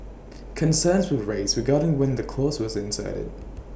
concerns were raised regarding when the clause was inserted